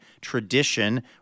tradition